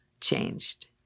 changed